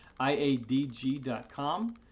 iadg.com